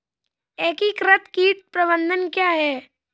एकीकृत कीट प्रबंधन क्या है?